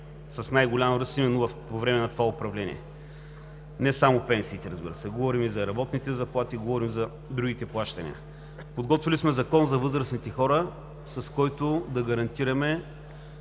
с най-голям ръст по време на това управление – не само пенсиите, разбира се, говорим и за работните заплати, говорим и за другите плащания. Подготвили сме закон за възрастните хора, с който да гарантираме